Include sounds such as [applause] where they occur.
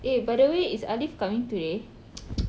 eh by the way is arif coming today [noise]